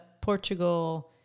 Portugal